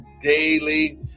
daily